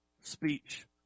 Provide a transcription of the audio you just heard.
speech